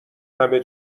همه